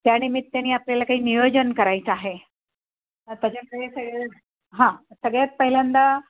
त्यानिमित्ताने आपल्याला ही नियोजन करायचं आहे त्याच्यामुळे सगळे हां सगळ्यात पहिल्यांदा